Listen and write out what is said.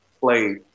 play